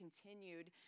continued